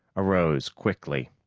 arose quickly.